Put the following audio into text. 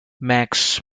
max